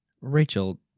Rachel